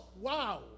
wow